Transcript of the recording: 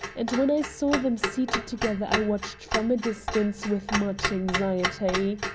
and when i saw them seated together i watched from a distance with much anxiety.